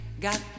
got